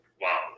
Wow